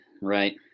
right